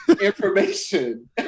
information